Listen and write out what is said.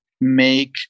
make